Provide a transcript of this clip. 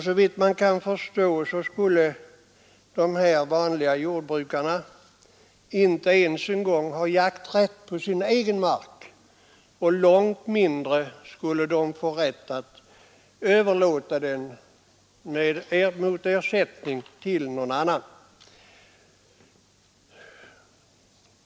Såvitt man kan förstå skulle de vanliga jordbrukarna inte ens ha jakträtt på sin egen mark; långt mindre skulle de få rätt att mot ersättning överlåta den till någon annan.